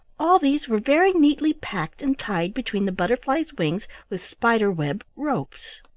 all these were very neatly packed and tied between the butterflies' wings with spider-web ropes.